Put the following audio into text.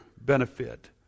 benefit